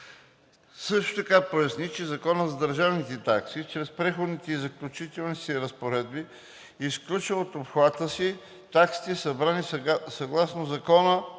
Също така поясни, че Законът за държавните такси чрез Преходните и заключителните си разпоредби изрично изключва от обхвата си таксите, събирани съгласно Закона